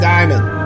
Diamond